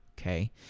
okay